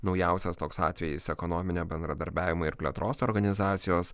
naujausias toks atvejis ekonominio bendradarbiavimo ir plėtros organizacijos